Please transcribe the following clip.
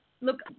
look